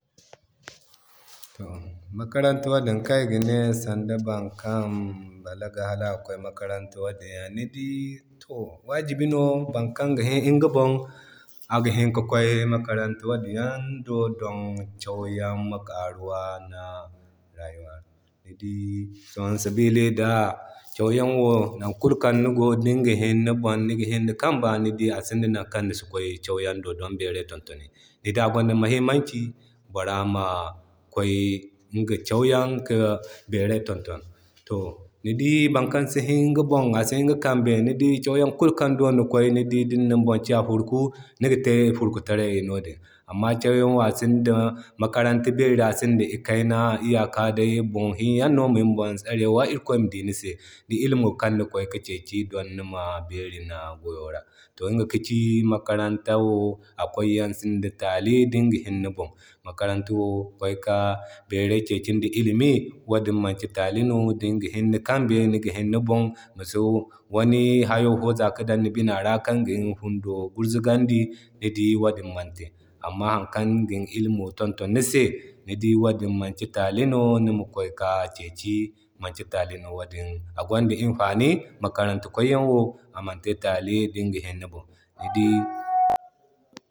Kakaranta wadin kan iga ne sanda boro kaŋ balaga hala aga kway makaranta wadin yaŋ. Ni dii to wajibi no bankaŋ ga hini iŋga boŋ aga hini ki kway makaranta wadin yaŋ don cauyan ma karuwa da ni rayuwa ra. Ni dii don sabili da cauyaŋ wo nan kulu kan nigo dinga hini ni boŋ niga hini ni kamba ni dii asinda nankaŋ nisi kway cauyaŋ do don beeray tontoni. Ni dii agwanda muhimmanci bora ma kway iŋga cauyan ka beeray tontoni. Ni dii boro kan si hini iga boŋ asi hini iŋga kambe ni di cauyaŋ kulu kan do ni kway di ni nin bon te furuku nigi te furukutaray no din. Amma cauyaŋ wo asinda makaranta wo sinda ikayna wala ibeero, iyaka day boŋ hini yan no min boŋ tsarewa irikoy ma dii ni se ŋda ilimo kan ni ga kway ki keki don nima beeri ni goyo ra. To iŋga ka ci makaranta wo a kway yaŋ sinda taali dinga hini ni bon. Makaranta wo kway ka beeray keki ŋda illimi wadin manki taali no dinga hini ni kambe niga hini ni boŋ. Masi kway ki hayo fo za ki dan ni bina ra kaŋ gin fundo gurguzandi ni dii wadin mante. Amma hari kan gin illimo tonto ni se ni dii wadin manti taali no nima kway ka keki, maki taali no wadin. A gwanda imfani makaranta kway yaŋwo amante taali dinga hinne ni boŋ, ni dii.